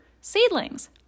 seedlings